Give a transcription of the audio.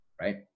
right